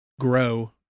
grow